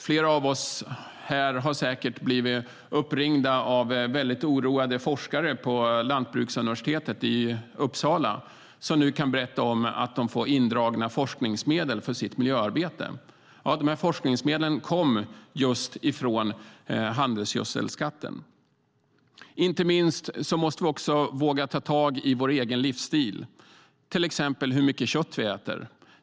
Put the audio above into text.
Flera av oss här har säkert blivit uppringda av väldigt oroade forskare på Lantbruksuniversitetet i Uppsala, som nu kan berätta att de får indragna forskningsmedel för sitt miljöarbete. Dessa forskningsmedel kom just från handelsgödselskatten. Inte minst måste vi också våga ta tag i vår egen livsstil, till exempel hur mycket kött vi äter.